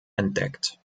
entdeckt